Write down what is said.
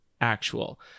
actual